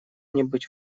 нибудь